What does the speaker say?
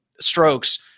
strokes